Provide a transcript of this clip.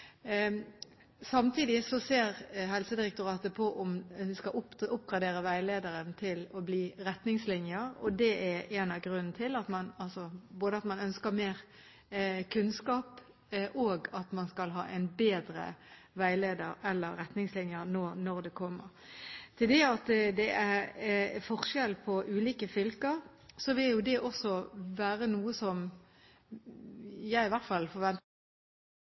Samtidig ser Helsedirektoratet på om vi skal oppgradere veilederen til å bli retningslinjer. Så det er flere grunner: både at man ønsker mer kunnskap, og at man skal ha en bedre veileder – eller retningslinjer – nå når det kommer. Til det at det er forskjell på ulike fylker: Hva som er årsaken til det, vil være noe som i hvert fall jeg forventer